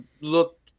look